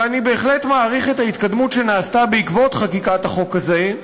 ואני בהחלט מעריך את ההתקדמות שנעשתה בעקבות חקיקת החוק הזה.